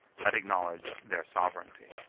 had acknowledged their sovereignty.